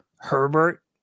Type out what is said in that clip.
Herbert